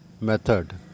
method